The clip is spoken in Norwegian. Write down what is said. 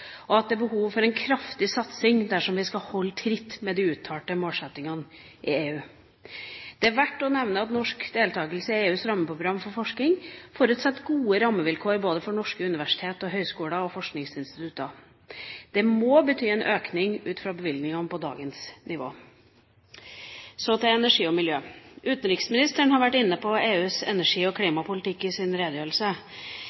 en kraftig satsing dersom vi skal «holde tritt» med de uttalte målsettingene i EU. Det er verdt å nevne at norsk deltakelse i EUs rammeprogram for forskning forutsetter gode rammevilkår for norske universiteter, høyskoler og forskningsinstitutter. Det må bety en økning ut fra bevilgningene på dagens nivå. Så til energi og miljø. Utenriksministeren var inne på EUs energi- og